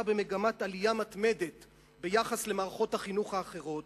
במגמת עלייה מתמדת ביחס למערכות החינוך האחרות